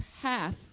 half